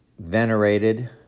venerated